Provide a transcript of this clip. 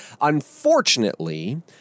unfortunately